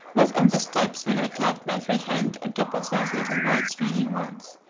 was on the steps when i clapped my free hand on top of those little white straining ones,